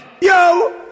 Yo